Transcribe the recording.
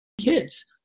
kids